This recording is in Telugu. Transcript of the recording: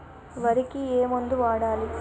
వరికి ఏ మందు వాడాలి?